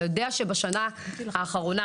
אתה יודע שבשנה האחרונה,